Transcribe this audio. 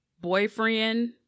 boyfriend